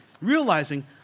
realizing